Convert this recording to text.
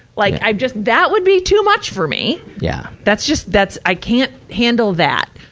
like i just, that would be too much for me. yeah that's just, that's, i can't handle that.